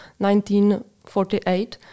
1948